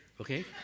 okay